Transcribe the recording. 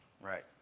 Right